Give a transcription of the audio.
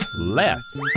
Less